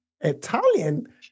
Italian